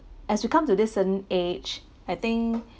as we come to this certain age I think